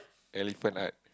elephant art